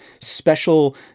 special